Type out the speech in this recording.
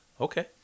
Okay